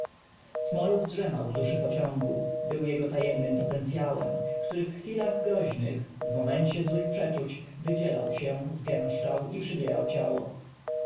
m ał w duszy pociągu był jego tajem nym potencyałem któ ry w chw ilach groźnych w m om encie złych przeczuć w ydzielał się zgęszczał i przybierał ciało